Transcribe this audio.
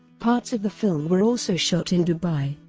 parts of the film were also shot in dubai.